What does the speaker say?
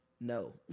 no